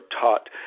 taught